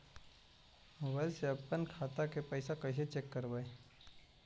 Mobile से अपन खाता के पैसा कैसे चेक करबई?